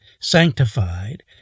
sanctified